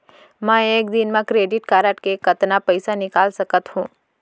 मैं एक दिन म क्रेडिट कारड से कतना पइसा निकाल सकत हो?